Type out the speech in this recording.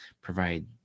provide